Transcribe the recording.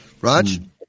Raj